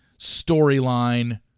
storyline